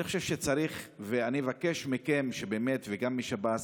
אני חושב שצריך, ואני מבקש מכם וגם משב"ס